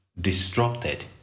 disrupted